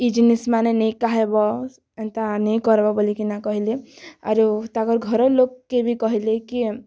ଇ ଜିନିଷ୍ମାନେ ନି ଖାଏବ ଏନ୍ତା ନାଇ କର୍ବ ବୋଲିକିନା କହେଲେ ଆରୁ ତାକଁର୍ ଘରର୍ ଲୋକ୍କେ ବି କହେଲେ କି